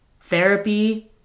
Therapy